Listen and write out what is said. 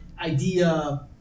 idea